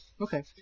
Okay